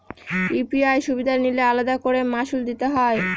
UPI সুবিধা নিলে আলাদা করে মাসুল দিতে হয়?